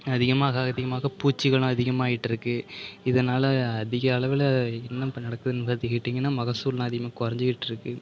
அதிகமாக அதிகமாக பூச்சிகளும் அதிகமாகிட்டு இருக்குது இதனால் அதிக அளவில் என்ன இப்போ நடக்குதுனு பார்த்துக்கிட்டிங்கன்னா மகசூலெல்லாம் அதிகமாக குறைஞ்சுகிட்டு இருக்குது